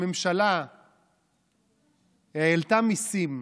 הממשלה העלתה מיסים,